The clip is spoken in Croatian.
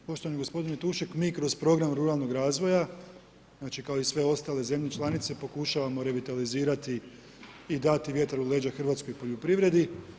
Poštovani gospodine Tušek, mi kroz program ruralnog razvoja, znači kao i sve ostale zemlje članice pokušavamo revitalizirati i dati vjetar u leđa hrvatskog poljoprivredi.